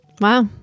Wow